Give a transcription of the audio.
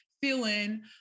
feeling